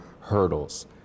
hurdles